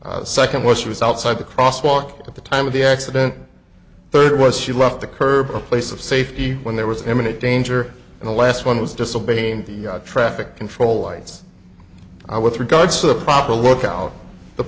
the second was she was outside the crosswalk at the time of the accident third was she left the curb a place of safety when there was imminent danger and the last one was just obeying the traffic control lights i with regards to the proper workout the